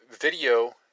video